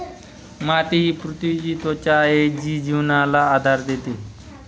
माती ही पृथ्वीची त्वचा आहे जी जीवनाला आधार देते